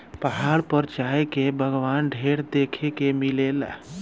पहाड़ पर चाय के बगावान ढेर देखे के मिलेला